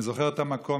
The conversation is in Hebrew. אני זוכר את המקום.